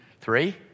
three